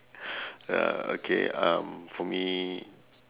ya okay um for me